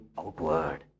outward